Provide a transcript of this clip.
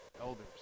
Elders